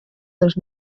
dels